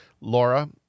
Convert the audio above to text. Laura